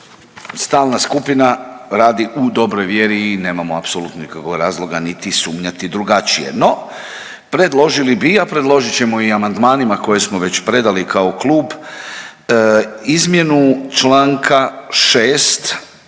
stalna skupina radi u dobroj vjeri i nemamo apsolutno nikakvog razloga niti sumnjati drugačije. No, predložili bi, predložit ćemo i amandmanima koje smo već predali kao klub izmjenu čl. 6.